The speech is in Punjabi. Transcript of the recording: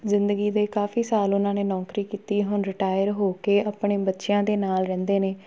ਜ਼ਿੰਦਗੀ ਦੇ ਕਾਫੀ ਸਾਲ ਉਹਨਾਂ ਨੇ ਨੌਕਰੀ ਕੀਤੀ ਹੁਣ ਰਿਟਾਇਰ ਹੋ ਕੇ ਆਪਣੇ ਬੱਚਿਆਂ ਦੇ ਨਾਲ ਰਹਿੰਦੇ ਨੇ